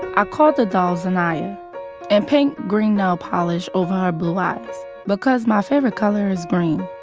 i call the doll zainaya and paint green nail polish over her blue ah eyes because my favorite color is green.